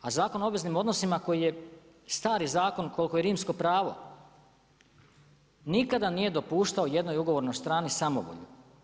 A Zakon o obveznim odnosima, koji je stari zakon koliko i rimsko pravo, nikada nije dopuštao jednoj ugovornoj strani samovoljno.